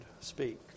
speak